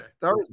Thursday